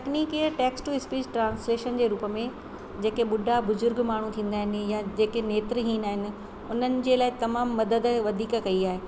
तक्नीकीअ text to speech translation जे रुप में जेके ॿुढा बुजुर्ग माण्हूं थींदा आहिनि यां जेके नेत्रहीन आहिनि उन्हनि जे लाइ तमामु मदद वधीक कई आहे